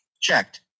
Checked